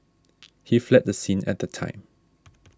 he fled the scene at that time